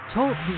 Talk